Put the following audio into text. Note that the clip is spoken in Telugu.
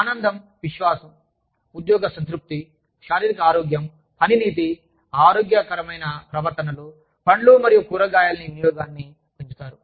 వారు ఆనందం విశ్వాసం ఉద్యోగ సంతృప్తి శారీరక ఆరోగ్యం పని నీతి ఆరోగ్యకరమైన ప్రవర్తనలు పండ్లు మరియు కూరగాయల వినియోగాన్ని పెంచుతారు